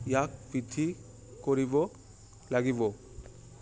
ইয়াক বৃদ্ধি কৰিব লাগিব